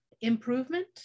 improvement